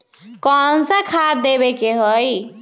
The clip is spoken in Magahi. कोन सा खाद देवे के हई?